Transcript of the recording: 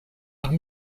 arts